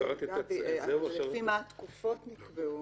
גבי, לפי מה התקופות נקבעו?